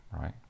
right